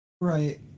Right